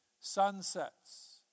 sunsets